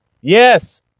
yes